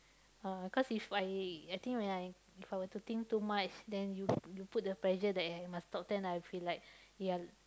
uh cause if I I think when I if I were to think too much then you you put the pressure there must top ten then I feel like ya